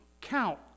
count